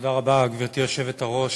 גברתי היושבת-ראש,